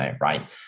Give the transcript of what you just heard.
right